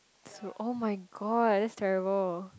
so [oh]-my-god that's terrible